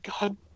God